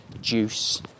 juice